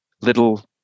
little